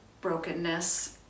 brokenness